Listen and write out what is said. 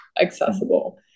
accessible